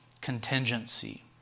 contingency